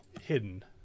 hidden